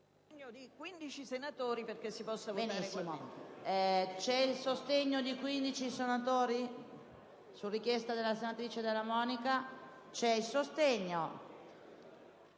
il sostegno di 15 senatori